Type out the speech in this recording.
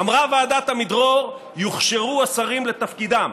אמרה ועדת עמידרור: יוכשרו השרים לתפקידם.